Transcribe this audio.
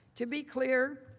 to be clear,